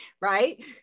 right